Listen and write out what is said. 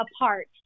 apart